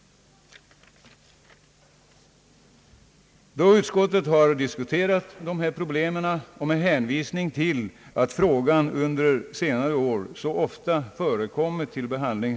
Utskottet konstaterar att frågan om värdefasta statliga obligationslån redan blivit föremål för undersökning.